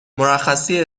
مرخصی